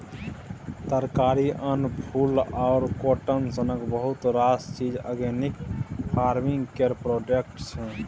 तरकारी, अन्न, फुल, फर आ काँटन सनक बहुत रास चीज आर्गेनिक फार्मिंग केर प्रोडक्ट छै